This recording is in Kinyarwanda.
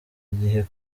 igihe